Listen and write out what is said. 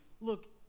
look